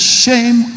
shame